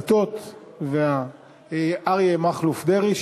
ישיב על הדברים שר הכלכלה והדתות אריה מכלוף דרעי,